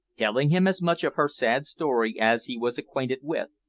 telling him as much of her sad story as he was acquainted with.